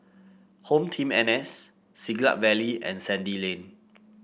HomeTeam N S Siglap Valley and Sandy Lane